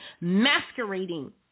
masquerading